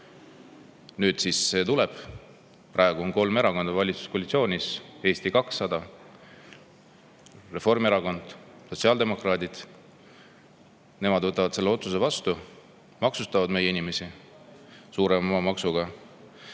nüüd see tuleb. Praegu on kolm erakonda valitsuskoalitsioonis: Eesti 200, Reformierakond, sotsiaaldemokraadid. Nemad võtavad selle otsuse vastu, maksustavad meie inimesi suurema maamaksuga.